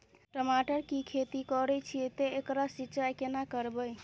टमाटर की खेती करे छिये ते एकरा सिंचाई केना करबै?